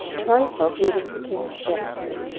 trypho, who was the king's jester,